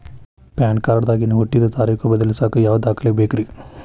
PAN card ದಾಗಿನ ಹುಟ್ಟಿದ ತಾರೇಖು ಬದಲಿಸಾಕ್ ಯಾವ ದಾಖಲೆ ಬೇಕ್ರಿ?